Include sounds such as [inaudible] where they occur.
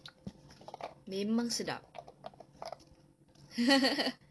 memang sedap [laughs]